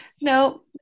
No